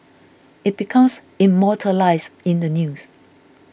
it becomes immortalised in the news